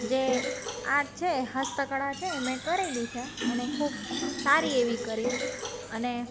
જે આર્ટ છે હસ્ત કળા છે મેં કરેલી છે અને ખૂબ સારી એવી કરી અને